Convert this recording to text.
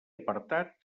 apartat